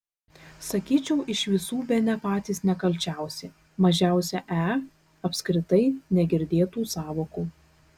sakyčiau iš visų bene patys nekalčiausi mažiausia e apskritai negirdėtų sąvokų